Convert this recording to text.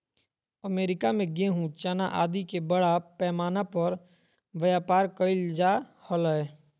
America में गेहूँ, चना आदि के बड़ा पैमाना पर व्यापार कइल जा हलय